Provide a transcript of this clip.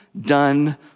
done